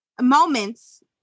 moments